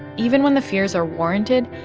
even when the fears are warranted,